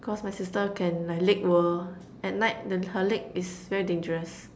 cause my sister can like leg whirl at night the her leg is very dangerous